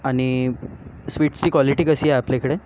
आणि स्वीट्सची क्वालिटी कशी आहे आपल्या इकडे